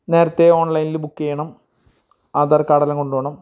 നേരത്തെ ഓൺലൈൻൽ ബുക്ക് ചെയ്യണം ആധാർ കാഡെല്ലാ കൊണ്ടു പോകണം